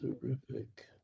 Terrific